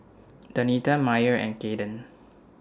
Donita Myer and Kayden